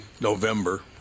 November